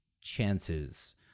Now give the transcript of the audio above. chances